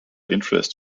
interests